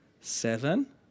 Seven